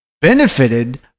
benefited